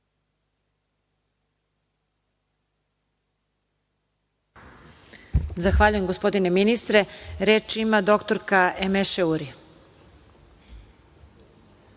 Zahvaljujem gospodine ministre. Reč ima doktorka Emeše Uri.